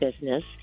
business